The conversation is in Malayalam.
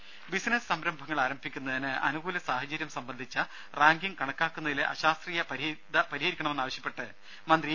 രുദ ബിസിനസ് സംരംഭങ്ങൾ ആരംഭിക്കുന്നതിന് അനുകൂല സാഹചര്യം സംബന്ധിച്ച റാങ്കിങ്ങ് കണക്കാക്കുന്നതിലെ അശാസ്ത്രീയത പരിഹരിക്കണമെന്നാവശ്യപ്പെട്ട് മന്ത്രി ഇ